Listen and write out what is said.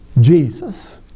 Jesus